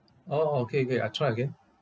orh orh okay okay I try again